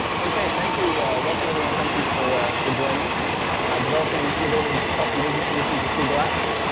okay, thank you. welcome everyone. thank you for for joining developing innovative custom business solutions with google apps.